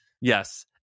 Yes